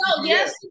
Yes